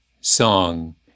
song